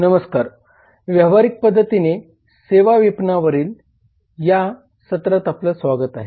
नमस्कार व्यावहारिक पद्धतीने सेवा विपणनावरील या सत्रात आपले स्वागत आहे